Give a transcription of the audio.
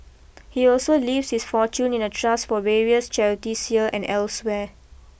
he also leaves his fortune in a trust for various charities here and elsewhere